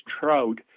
trout